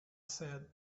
said